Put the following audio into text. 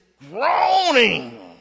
groaning